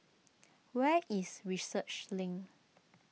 where is Research Link